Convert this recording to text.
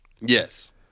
Yes